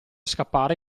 scappare